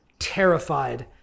terrified